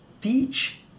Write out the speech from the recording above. teach